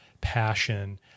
passion